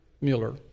Mueller